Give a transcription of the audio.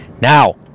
Now